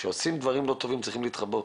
כשעושים דברים לא טובים צריך להתחבא,